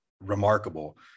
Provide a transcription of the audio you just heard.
remarkable